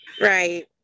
Right